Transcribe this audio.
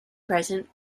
president